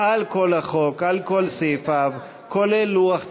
על כל החוק, על כל סעיפיו, כולל לוח תיקונים,